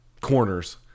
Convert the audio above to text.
corners